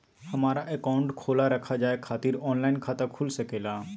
हमारा अकाउंट खोला रखा जाए खातिर ऑनलाइन खाता खुल सके ला?